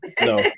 No